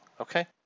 Okay